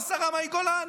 השרה מאי גולן?